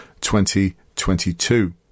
2022